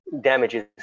damages